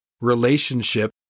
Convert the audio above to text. relationship